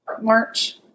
March